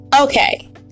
okay